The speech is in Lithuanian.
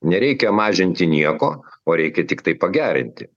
nereikia mažinti nieko o reikia tiktai pagerinti